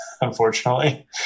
Unfortunately